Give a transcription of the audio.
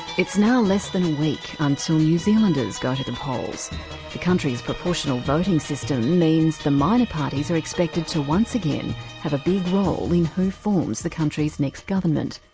it's now less than a week until new zealanders go to the polls. the country's proportional voting system means the minor parties are expected to once again have a big role in who forms the country's next government.